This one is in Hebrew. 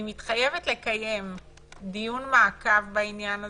אני מתחייבת לקיים דיון מעקב בעניין הזה,